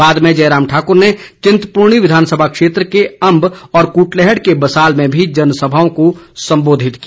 बाद में जयराम ठाक्र ने चिंतपूर्णी विधानसभा क्षेत्र के अंब और कुटलैहड़ के बसाल में भी जनसभाओं को संबोधित किया